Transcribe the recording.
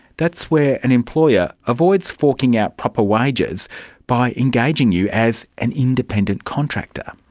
that's where an employer avoids forking out proper wages by engaging you as an independent contractor.